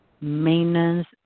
maintenance